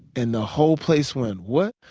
and the whole place went what?